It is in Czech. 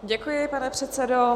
Děkuji, pane předsedo.